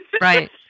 right